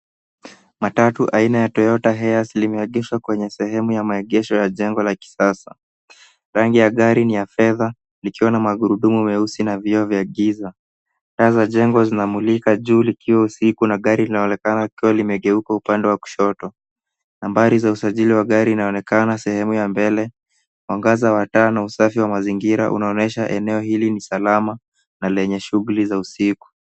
Matatu aina ya Toyota Hiace limeegeshwa kwenye sehemu ya maegesho ya jengo la kisasa. Rangi ya gari ni ya fedha likiwa na magurudumu meusi na vioo vya giza. Taa za jengo zinamulika juu likiwa usiku na gari linaonekana likiwa limegeuka upande wa kushoto. Nambari za usajili wa gari inaonekana sehemu ya mbele. Mwangaza wa taa na usafi wa mazingira unaonyesha eneo hili ni salama na lenye shughuli za usiku.